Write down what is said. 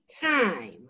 time